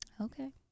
Okay